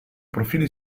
profili